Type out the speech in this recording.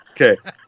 Okay